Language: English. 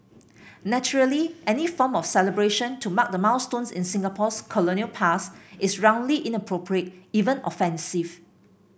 naturally any form of celebration to mark the milestones in Singapore's colonial past is roundly inappropriate even offensive